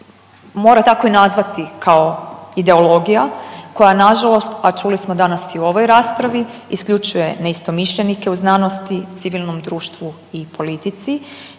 mora tako i nazvati kao ideologija koja nažalost, a čuli smo danas i u ovoj raspravi isključuje neistomišljenike u znanosti, civilnom društvu i politici